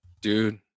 dude